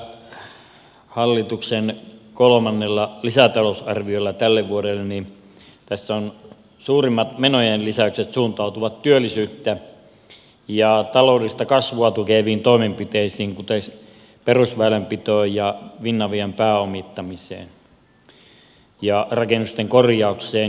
tässä hallituksen kolmannessa lisätalousarviossa tälle vuodelle suurimmat menojen lisäykset suuntautuvat työllisyyttä ja taloudellista kasvua tukeviin toimenpiteisiin kuten perusväylänpitoon ja finavian pääomittamiseen ja rakennusten korjaukseen